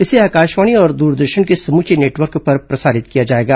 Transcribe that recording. इसे आकाशवाणी और दूरदर्शन के समूचे नेटवर्क पर प्रसारित किया जाएगा